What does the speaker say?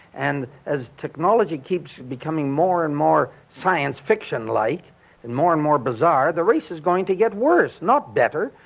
and as technology keeps becoming more and more science-fiction-like and more and more bizarre, the race is going to get worse, not better.